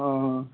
ਹਾਂ